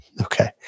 Okay